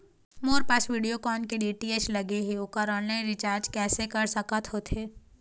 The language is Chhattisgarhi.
मोर पास वीडियोकॉन के डी.टी.एच लगे हे, ओकर ऑनलाइन रिचार्ज कैसे कर सकत होथे?